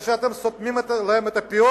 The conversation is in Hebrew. זה שאתם סותמים להם את הפיות,